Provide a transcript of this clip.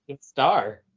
star